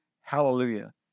hallelujah